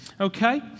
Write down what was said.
Okay